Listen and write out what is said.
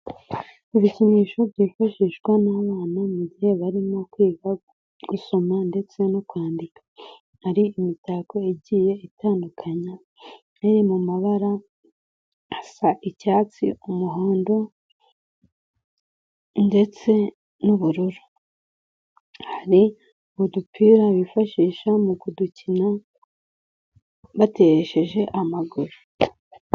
Ibikinisho byifashishwa n'abana mu gihe barimo kwiga gusoma ndetse no kwandika, hari imitako igiye itandukanye iri mu mabara asa icyatsi, umuhondo ndetse n'ubururu, hari udupira bifashisha mu kudukina bateresheje amaguru.